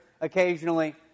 Occasionally